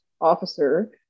officer